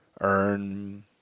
Earn